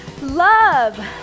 love